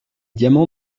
diamants